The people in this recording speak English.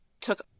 took